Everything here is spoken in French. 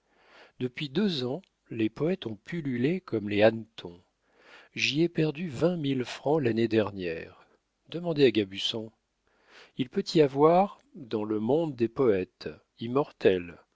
depuis deux ans les poètes ont pullulé comme les hannetons j'y ai perdu vingt mille francs l'année dernière demandez à gabusson il peut y avoir dans le monde des poètes immortels